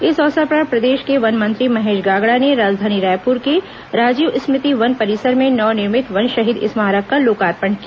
इस अवसर पर प्रदेश के वन मंत्री महेश गागड़ा ने राजधानी रायपुर के राजीव स्मृति वन परिसर में नवनिर्मित वन शहीद स्मारक का लोकार्पण किया